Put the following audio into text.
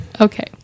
Okay